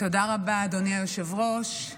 תודה רבה, אדוני היושב-ראש.